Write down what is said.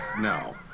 No